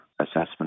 Assessment